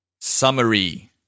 Summary